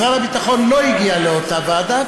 משרד הביטחון לא הגיע לאותה ועדה,